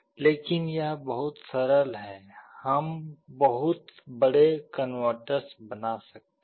लेकिन यह बहुत सरल है हम बहुत बड़े कन्वर्टर्स बना सकते हैं